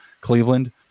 Cleveland